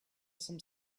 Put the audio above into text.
some